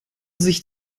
sich